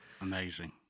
amazing